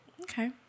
Okay